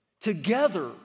together